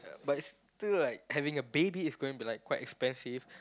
but still like having a baby is going be like quite expensive